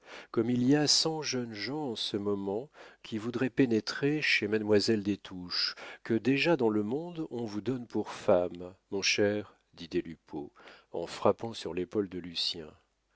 comme il y a cent jeunes gens en ce moment qui voudraient pénétrer chez mademoiselle des touches que déjà dans le monde on vous donne pour femme mon cher dit des lupeaulx en frappant sur l'épaule de lucien